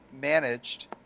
managed